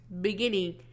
beginning